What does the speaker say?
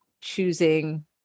choosing